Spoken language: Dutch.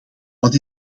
wat